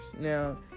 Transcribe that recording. Now